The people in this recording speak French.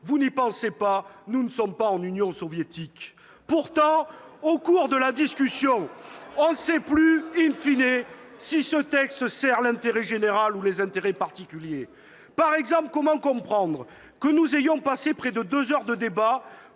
Vous n'y pensez pas, nous ne sommes pas en Union soviétique !» C'est vrai ! Au terme de cette discussion, on ne sait plus,, si ce texte sert l'intérêt général ou des intérêts particuliers ! Comment comprendre que nous ayons passé près de deux heures de débat